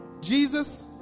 Jesus